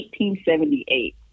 1878